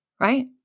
right